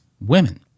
women